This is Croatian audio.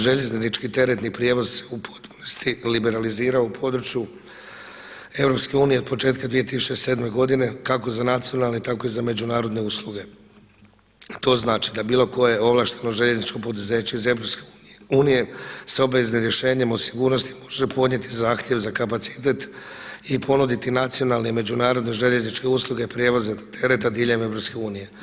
Željeznički teretni prijevoz u potpunosti liberalizirao u području EU od početka 2007. godine kako za nacionalne, tako i za međunarodne usluge, a to znači da bilo koje ovlašteno željezničko poduzeće iz EU sa obveznim rješenjem o sigurnosti može podnijeti zahtjev za kapacitet i ponuditi nacionalne željezničke usluge prijevoza tereta diljem EU.